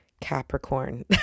Capricorn